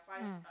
mm